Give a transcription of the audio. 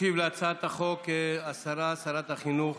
תשיב על הצעת החוק שרת החינוך